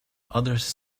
others